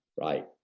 right